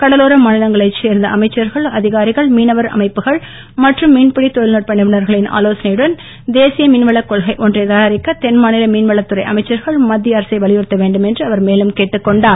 கடலோர மாநிலங்களைச் சேர்ந்த அமைச்சர்கள் அதிகாரிகள் மீனவர் அமைப்புகள் மற்றும் மீன்பிடித் தொழில்நுட்ப நிபுணர்களின் ஆலோசனையுடன் தேசிய மீன்வள கொள்கை ஒன்றை தயாரிக்க தென்மாநில மீன்வளத் துறை அமைச்சர்கள் மத்திய அரசை வலியுறத்த வேண்டுமென அவர் மேலும் கேட்டுக்கொண்டார்